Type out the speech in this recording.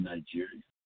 Nigeria